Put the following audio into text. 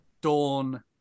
Dawn